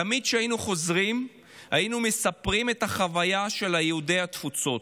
תמיד כשהיינו חוזרים היינו מספרים על החוויה של יהודי התפוצות: